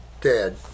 dead